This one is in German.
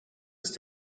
ist